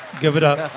give it up